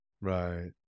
Right